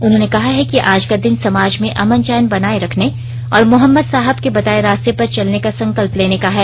उन्होंने कहा है कि आज का दिन समाज में अमन चैन बनाए रखने और मोहम्मद साहब के बताए रास्ते पर चलने का संकल्प लेने का है